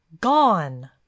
gone